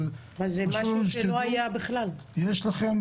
אבל חשוב לנו שתדעו שיש לכם